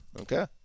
Okay